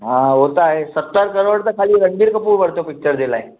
हा उहो त आहे सतरि करोड़ त खाली रनबीर कपूर वरितो पिचर जे लाइ